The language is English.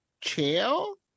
chill